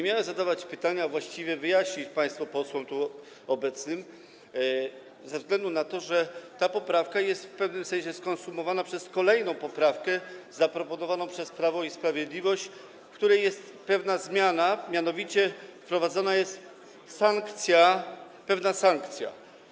Miałem nie zadawać pytania, a właściwie nie wyjaśniać tego państwu posłom tu obecnym, ze względu na to, że ta poprawka jest w pewnym sensie skonsumowana przez kolejną poprawkę, zaproponowaną przez Prawo i Sprawiedliwość, w której jest pewna zmiana, mianowicie wprowadzona jest pewna sankcja.